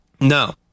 no